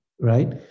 right